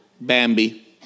Bambi